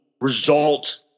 result